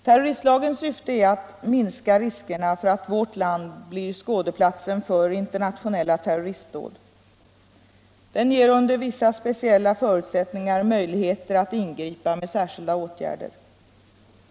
Terroristlagens syfte är att minska riskerna för att vårt land blir skådeplatsen för internationella terroristdåd. Den ger under vissa speciella förutsättningar möjligheter att ingripa med särskilda åtgärder.